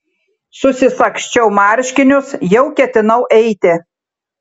susisagsčiau marškinius jau ketinau eiti